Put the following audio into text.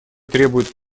требуют